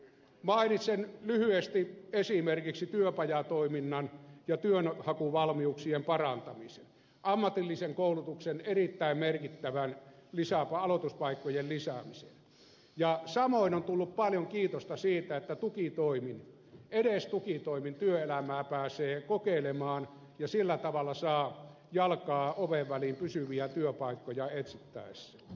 mainitsen lyhyesti esimerkiksi työpajatoiminnan ja työnhakuvalmiuksien parantamisen ammatillisen koulutuksen erittäin merkittävän aloituspaikkojen lisäämisen ja samoin on tullut paljon kiitosta siitä että tukitoimin edes tukitoimin työelämää pääsee kokeilemaan ja sillä tavalla saa jalkaa oven väliin pysyviä työpaikkoja etsittäessä